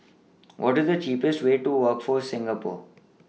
What IS The cheapest Way to Workforce Singapore